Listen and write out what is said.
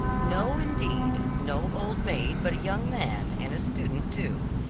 no, indeed, no old maid, but a young man, and a student, too.